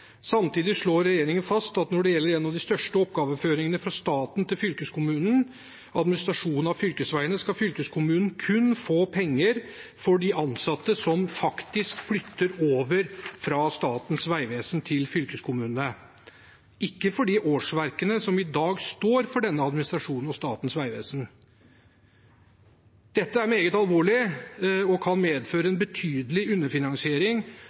Samtidig slår regjeringen fast at når det gjelder en av de største oppgaveoverføringene fra staten til fylkeskommunene, administrasjonen av fylkesveiene, skal fylkeskommunene kun få penger for de ansatte som faktisk flytter over fra Statens vegvesen til fylkeskommunene, ikke for de årsverkene som i dag står for denne administrasjonen hos Statens vegvesen. Dette er meget alvorlig og kan medføre en betydelig underfinansiering